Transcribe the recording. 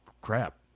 crap